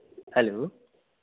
hello